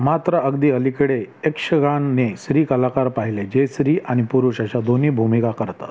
मात्र अगदी अलीकडे यक्षगानने स्त्री कलाकार पाहिले जे स्त्री आणि पुरुष अशा दोन्ही भूमिका करतात